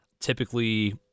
typically